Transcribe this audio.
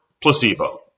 placebo